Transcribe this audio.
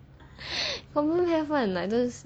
confirm have [one] like those